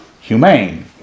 humane